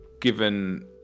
given